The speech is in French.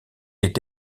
est